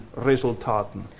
resultaten